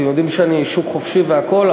אתם יודעים שאני בעד שוק חופשי והכול,